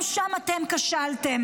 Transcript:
גם שם אתם כשלתם.